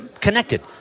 connected